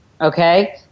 Okay